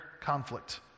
conflict